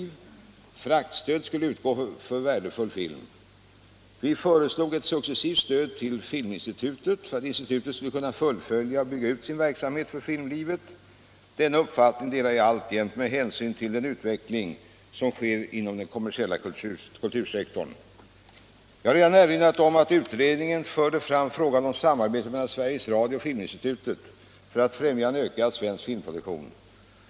Vi föreslog ett successivt stöd till Filminstitutet för att institutet skulle kunna fullfölja och bygga ut sin verksamhet för filmlivet. Denna uppfattning delar jag alltjämt fullt ut med hänsyn till den utveckling som sker inom den kommersiella kultursektorn. Jag har redan erinrat om att utredningen förde fram frågan om samarbete mellan Sveriges Radio och Filminstitutet för att främja en ökad svensk filmproduktion.